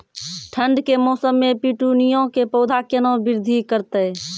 ठंड के मौसम मे पिटूनिया के पौधा केना बृद्धि करतै?